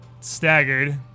staggered